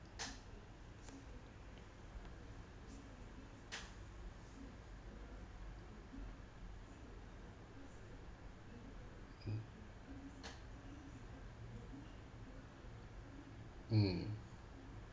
mm mm